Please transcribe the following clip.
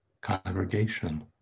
congregation